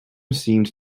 seemed